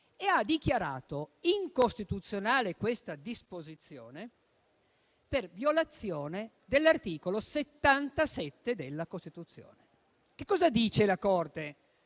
Ha dichiarato incostituzionale questa disposizione per violazione dell'articolo 77 della Costituzione. Nell'ampia